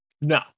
no